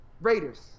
Raiders